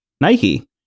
nike